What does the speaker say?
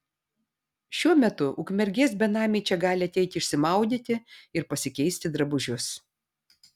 šiuo metu ukmergės benamiai čia gali ateiti išsimaudyti ir pasikeisti drabužius